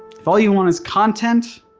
if all you want is content,